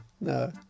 No